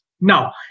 Now